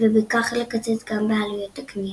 ובכך לקצץ גם בעלויות הקנייה.